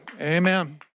Amen